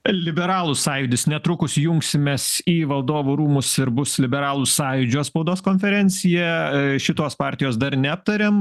liberalų sąjūdis netrukus jungsimės į valdovų rūmus ir bus liberalų sąjūdžio spaudos konferencija šitos partijos dar neaptarėm